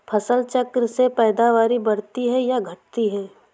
फसल चक्र से पैदावारी बढ़ती है या घटती है?